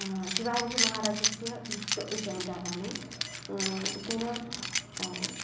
शिवाजिमहाराजस्य किञ्चित् विषयं जानामि एतेन